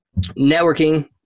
networking